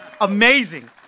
amazing